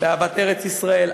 באהבת ארץ-ישראל,